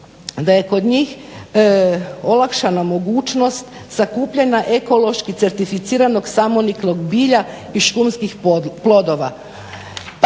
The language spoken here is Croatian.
da je kod njih olakšana mogućnost sakupljanja ekološki certificiranog samoniklog bilja i šumskih plodova.